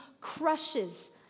crushes